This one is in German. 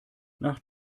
nach